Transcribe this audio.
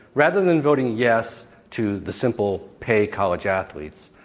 rather than voting yes to the simple pay college athletes,